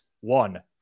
one